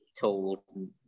told